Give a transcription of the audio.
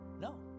No